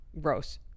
gross